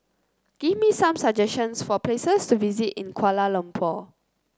give me some suggestions for places to visit in Kuala Lumpur